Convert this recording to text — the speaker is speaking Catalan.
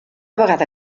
vegada